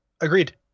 agreed